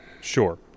sure